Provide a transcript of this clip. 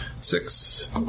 Six